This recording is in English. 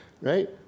right